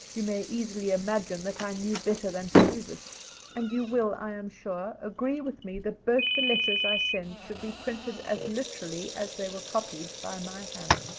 you may easily imagine that i knew better than to do this and you will, i am sure, agree with me that both the letters i send should be printed as literally as they were copied by my hand.